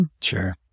Sure